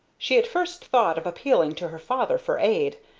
she at first thought of appealing to her father for aid,